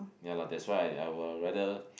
ya lah that's why I will rather